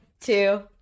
two